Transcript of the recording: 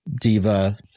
Diva